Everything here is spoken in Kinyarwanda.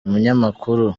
umunyamakuru